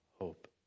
hope